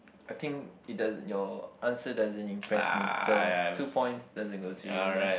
I think it does your answer doesn't impress me so two point doesn't go to you ya